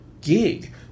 gig